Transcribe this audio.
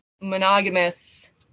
monogamous